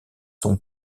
son